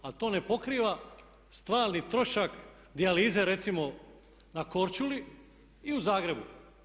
Ali to ne pokriva stalni trošak dijalize recimo na Korčuli i u Zagrebu.